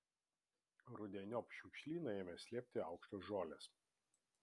rudeniop šiukšlyną ėmė slėpti aukštos žolės